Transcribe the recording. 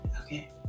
okay